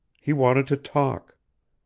he wanted to talk.